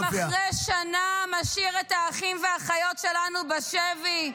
-- שגם אחרי שנה משאיר את האחים והאחיות שלנו בשבי.